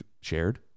shared